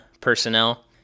personnel